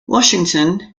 washington